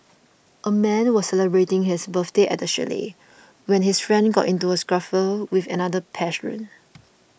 a man was celebrating his birthday at a chalet when his friends got into a scuffle with another patron